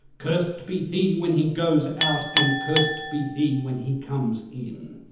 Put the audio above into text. cursed be he when he goes out and cursed be he when he comes in.